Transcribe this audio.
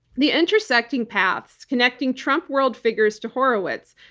the intersecting paths connecting trump-world figures to horowitz,